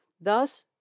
Thus